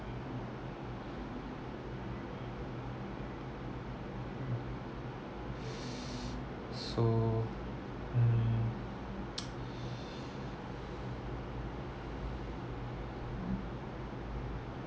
so mm